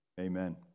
amen